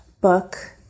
book